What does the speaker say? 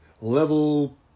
level